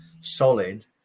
solid